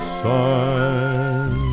sign